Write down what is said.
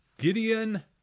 Gideon